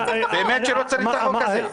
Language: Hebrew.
באמת שלא צריך את החוק הזה.